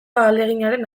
ahaleginaren